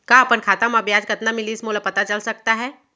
का अपन खाता म ब्याज कतना मिलिस मोला पता चल सकता है?